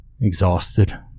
Exhausted